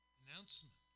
announcement